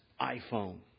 iPhone